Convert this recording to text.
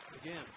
Again